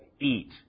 eat